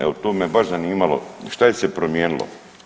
Evo to me baš zanimalo što se promijenilo?